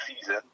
season